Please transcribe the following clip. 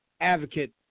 advocate